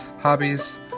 hobbies